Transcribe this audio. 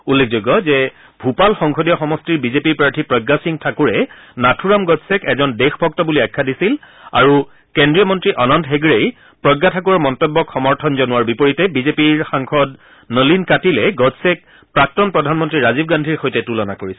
উল্লেখযোগ্য যে ভূপাল সংসদীয় সমষ্টিৰ বিজেপিৰ প্ৰাৰ্থী প্ৰজ্ঞা সিং ঠাকুৰে নাথুৰাম গডছেক এজন দেশভক্ত বুলি আখ্যা দিছিল আৰু কেন্দ্ৰীয় মন্ত্ৰী অনন্ত হেগডে্ই প্ৰজ্ঞা ঠাকুৰৰ মন্তব্যক সমৰ্থন জনোৱাৰ বিপৰীতে বিজেপিৰ সাংসদ নলিন কাটিলে গডছেক প্ৰাক্তন প্ৰধানমন্ত্ৰী ৰাজীৱ গান্ধীৰ সৈতে তুলনা কৰিছিল